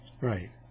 right